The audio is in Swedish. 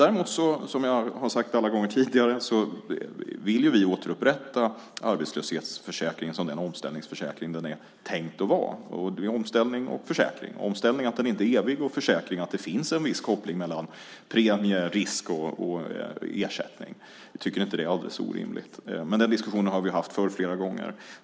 Däremot, som jag har sagt alla gånger tidigare, vill vi återupprätta arbetslöshetsförsäkringen som den omställningsförsäkring den är tänkt att vara. Det är omställning och försäkring. Omställning är att den inte är evig, och försäkring är att det finns en viss koppling mellan premie, risk och ersättning. Vi tycker inte att det är alldeles orimligt. Men den diskussionen har vi haft flera gånger förr.